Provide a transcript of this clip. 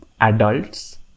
adults